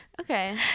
okay